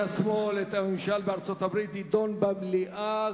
השמאל את הממשל בארצות-הברית יידון במליאה,